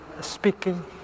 speaking